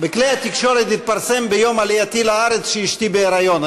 בכלי התקשורת התפרסם ביום עלייתי לארץ שאשתי בהיריון,